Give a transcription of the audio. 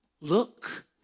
Look